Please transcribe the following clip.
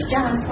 John